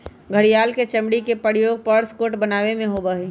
घड़ियाल के चमड़ी के प्रयोग पर्स कोट बनावे में होबा हई